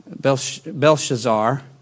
Belshazzar